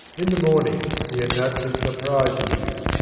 in the morning he had no particular prize in view,